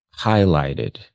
highlighted